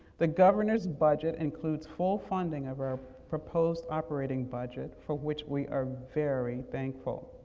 the governor's budget includes full funding of our proposed operating budget, for which we are very thankful.